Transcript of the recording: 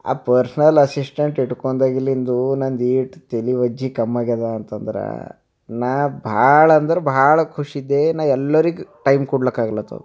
ಆ personal assistant ಇಟ್ಕೊಂಡಾಗಿಲಿಂದು ನಂದು ಎಷ್ಟು ತಲೆ ಒಜ್ಜೆ ಕಂ ಆಗ್ಯದಾ ಅಂತಂದ್ರೆ ನಾನು ಭಾಳ ಅಂದ್ರೆ ಭಾಳ ಖುಷಿ ಇದ್ದೇ ನಾನು ಎಲ್ಲರಿಗೆ ಟೈಮ್ ಕೊಡ್ಲಾಕ್ಕ ಆಗ್ಲತ್ತವ